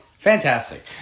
Fantastic